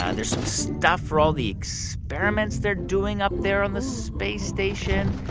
ah there's some stuff for all the experiments they're doing up there on the space station.